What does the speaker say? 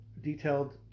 detailed